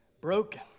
broken